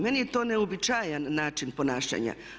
Meni je to neuobičajen način ponašanja.